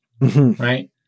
Right